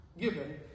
given